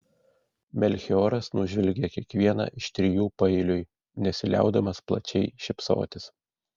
melchioras nužvelgė kiekvieną iš trijų paeiliui nesiliaudamas plačiai šypsotis